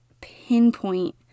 pinpoint